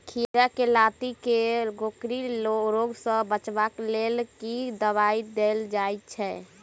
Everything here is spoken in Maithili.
खीरा केँ लाती केँ कोकरी रोग सऽ बचाब केँ लेल केँ दवाई देल जाय छैय?